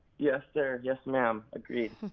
yes sir, yes ma'am, agreed.